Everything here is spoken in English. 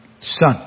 son